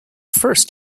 first